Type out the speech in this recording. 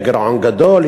יהיה גירעון גדול,